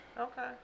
Okay